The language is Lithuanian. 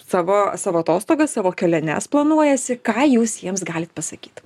savo savo atostogas savo keliones planuojasi ką jūs jiems pasakyt